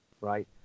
right